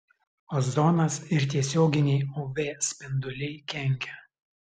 ozonas ir tiesioginiai uv spinduliai kenkia